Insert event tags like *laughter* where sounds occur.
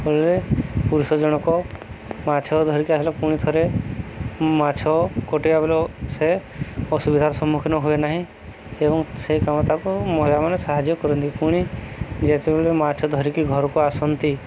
*unintelligible* ପୁରୁଷ ଜଣକ ମାଛ ଧରିକି ଆସିଲା ପୁଣି ଥରେ ମାଛ କଟେଇବା ବେଳେ ସେ ଅସୁବିଧାର ସମ୍ମୁଖୀନ ହୁଏ ନାହିଁ ଏବଂ ସେଇ କାମ ତାକୁ ମହିଳାମାନେ ସାହାଯ୍ୟ କରନ୍ତି ପୁଣି ଯେତେବେଳେ ମାଛ ଧରିକି ଘରକୁ ଆସନ୍ତି